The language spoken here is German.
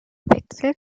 wechsel